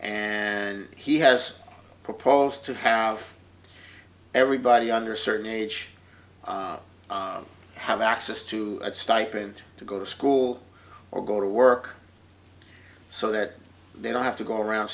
and he has proposed to have everybody under certain age have access to a stipend to go to school or go to work so that they don't have to go around